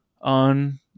on